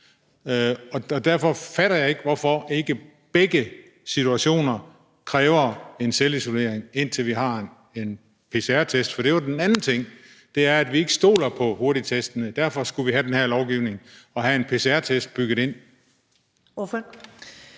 og derfor fatter jeg ikke, hvorfor ikke begge situationer kræver selvisolering, indtil vi har en pcr-test. For det er punkt 2, nemlig at vi ikke stoler på hurtigtestene, og derfor skal vi have den her lovgivning og have en pcr-test bygget ind.